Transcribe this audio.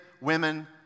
women